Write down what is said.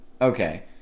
Okay